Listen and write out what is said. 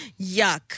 Yuck